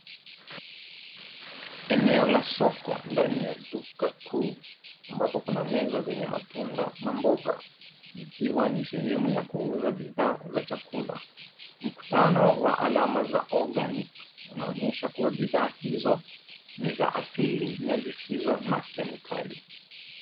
Eneo la soko ndani ya duka kuu ambapo kuna meza zenye matunda na mboga zikiwa ni sehemu ya kuuza bidhaa za chakula. Mkutano wa alama za Organic unaonyesha kuwa bidhaa hizo ni za asili na zisizo na kemikali.